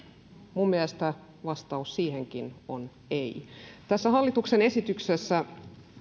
minun mielestäni vastaus siihenkin on ei tässä hallituksen esityksessä